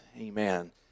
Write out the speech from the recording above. Amen